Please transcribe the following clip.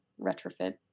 retrofit